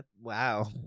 Wow